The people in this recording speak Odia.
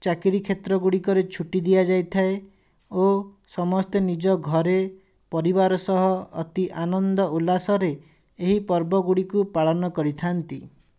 ଚାକିରୀ କ୍ଷେତ୍ର ଗୁଡ଼ିକରେ ଛୁଟି ଦିଆଯାଇଥାଏ ଓ ସମସ୍ତେ ନିଜ ଘରେ ପରିବାର ସହ ଅତି ଆନନ୍ଦ ଉଲ୍ଲାସରେ ଏହି ପର୍ବ ଗୁଡ଼ିକୁ ପାଳନ କରିଥାନ୍ତି